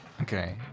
Okay